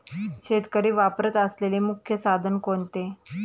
शेतकरी वापरत असलेले मुख्य साधन कोणते?